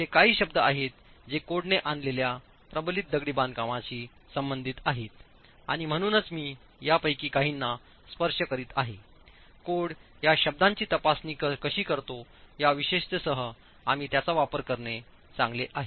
असे काही शब्द आहेत जे कोडने आणलेल्या प्रबलित दगडी बांधकामांशी संबंधित आहेत आणि म्हणूनच मी यापैकी काहींना स्पर्श करीत आहेकोड या शब्दांची तपासणी कशी करतो या विशिष्टतेसह आम्ही त्याचा वापर करणे चांगले आहे